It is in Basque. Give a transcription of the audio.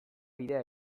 bidea